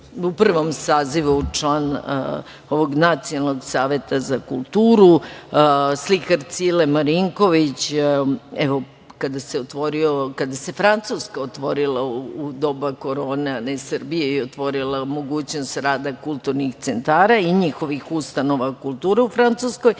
u prvom sazivu član ovog Nacionalnog saveta za kulturu, slikar Cile Marinković, kada se Francuska otvorila u doba korone, otvorila mogućnost rada kulturnih centara i njihovih ustanova kulture u Francuskoj,